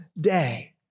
day